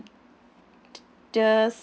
and